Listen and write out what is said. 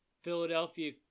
Philadelphia